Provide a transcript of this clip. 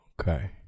okay